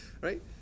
Right